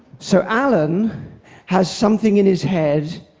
so allan has something in his head.